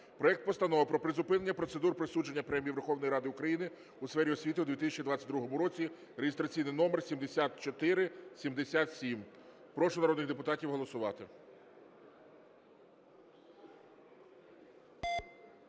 проект Постанови про призупинення процедур присудження премій Верховної Ради України у сфері освіти у 2022 році (реєстраційний номер 7477). Прошу народних депутатів голосувати.